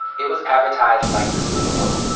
it was advertised like the super bowl